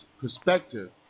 perspective